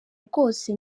rwose